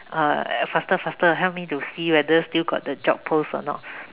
uh faster faster help me to see whether still got the job post or not